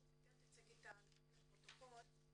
חשוב שכן תציגי את הנתונים לפרוטוקול.